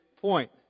point